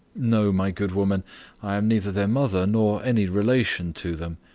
no, my good woman i am neither their mother nor any relation to them.